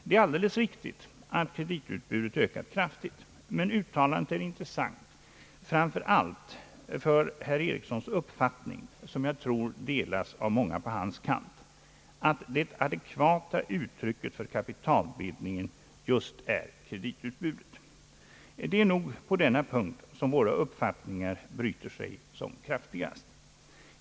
Det är alldeles riktigt att kreditutbudet ökat kraftigt, men uttalandet är intressant framför allt för herr Erikssons uppfattning, som jag tror delas av många på hans kant, att det adekvata uttrycket för kapitalbildningen just är kreditutbudet. Det är nog på denna punkt som våra uppfattningar bryter sig som kraftigast.